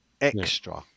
extra